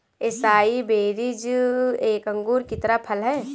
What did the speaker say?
acai berries एक अंगूर की तरह फल हैं